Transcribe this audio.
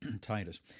Titus